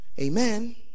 amen